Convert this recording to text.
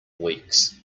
weeks